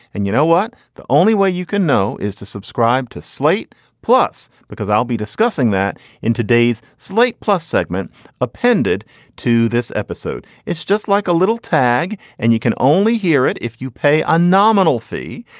and you know what? the only way you can know is to subscribe to slate plus, because i'll be discussing that in today's slate plus segment appended to this episode. it's just like a little tag and you can only hear it if you pay a nominal fee.